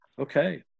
okay